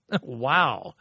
Wow